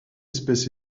espèce